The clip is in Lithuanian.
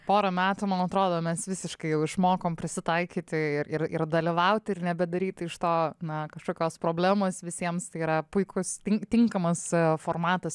porą metų man atrodo mes visiškai jau išmokom prisitaikyti ir ir ir dalyvauti ir nebedaryti iš to na kažkokios problemos visiems tai yra puikus tink tinkamas formatas